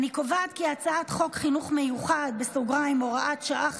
אני קובעת כי הצעת חוק חינוך מיוחד (הוראת שעה,